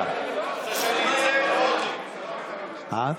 העיקר שאתם מצטלמים פה כולם,